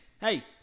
Hey